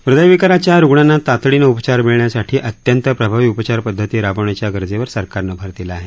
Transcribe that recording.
हृदयविकाराच्या रुग्णांना तातडीनं उपचार मिळण्यासाठी अत्यंत प्रभावी उपचार पद्धती राबवण्याच्या गरजेवर सरकारनं भर दिला आहे